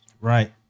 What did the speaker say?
right